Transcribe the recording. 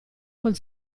col